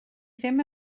ddim